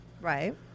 Right